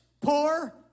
poor